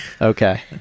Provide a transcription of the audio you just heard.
okay